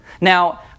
Now